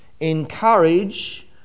encourage